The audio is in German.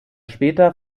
später